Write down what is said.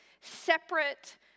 separate